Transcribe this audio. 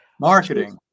marketing